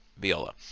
Viola